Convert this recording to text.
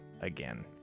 again